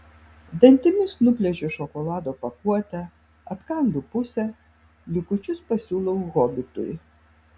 dantimis nuplėšiu šokolado pakuotę atkandu pusę likučius pasiūlau hobitui